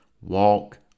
walk